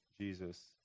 Jesus